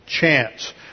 chance